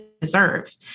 deserve